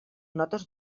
notes